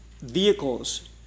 vehicles